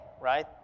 right